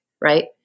Right